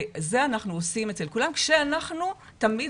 זה אנחנו עושים אצל כולם כשאנחנו תמיד